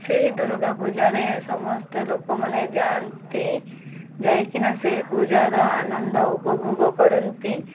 ସେହି ଦୁର୍ଗା ପୂଜାରେ ସମସ୍ତେ ଲୋକମାନେ ଯାଆନ୍ତି ଯାଇକିନା ସେହି ପୂଜାର ଆନନ୍ଦ ଉପଭୋଗ କରନ୍ତି